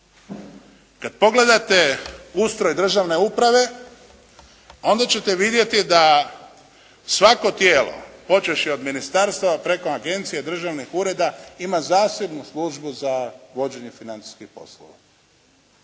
Kad pogledate ustroj državne uprave onda ćete vidjeti da svako tijelo, počevši od ministarstva preko agencije, državnih ureda ima zasebnu službu za vođenje financijskih poslova.